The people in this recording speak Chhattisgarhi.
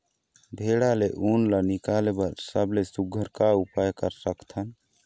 भेड़ा ले उन ला निकाले बर सबले सुघ्घर का उपाय कर सकथन?